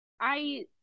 I-